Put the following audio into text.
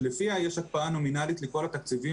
שלפיה יש הקפאה נומינלית לכל התקציבים